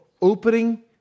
opening